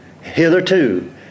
Hitherto